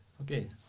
Okay